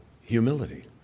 humility